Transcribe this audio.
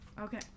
Okay